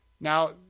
Now